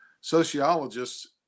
Sociologists